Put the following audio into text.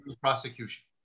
prosecution